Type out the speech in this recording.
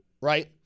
Right